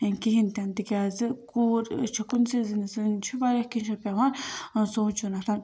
کِہیٖنۍ تہِ نہٕ تِکیٛازِ کوٗر أسۍ چھِ کُنسٕے زٔنِس چھُ واریاہ کیٚنٛہہ چھُ پیٚوان ٲں سونٛچُن